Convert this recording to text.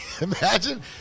Imagine